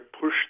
push